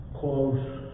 close